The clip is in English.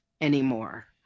anymore